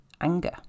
anger